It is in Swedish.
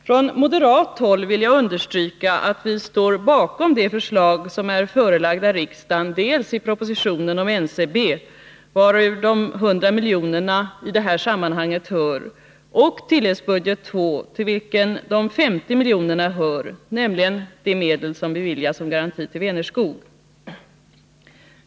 Från moderat håll vill jag understryka att vi står bakom de förslag som är förelagda riksdagen dels i propositionen om NCB, vartill de 100 miljonerna i detta sammanhang hör, dels i tilläggsbudget II, till vilken de 50 miljonerna hör, nämligen de medel som beviljats som garanti till Vänerskog.